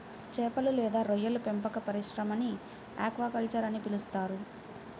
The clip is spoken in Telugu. చేపలు లేదా రొయ్యల పెంపక పరిశ్రమని ఆక్వాకల్చర్ అని పిలుస్తారు